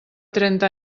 trenta